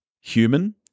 human